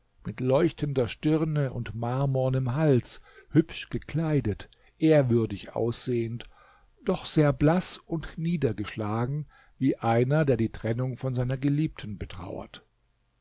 mit leuchtender stirne und marmornem hals hübsch gekleidet ehrwürdig aussehend doch sehr blaß und niedergeschlagen wie einer der die trennung von seiner geliebten betrauert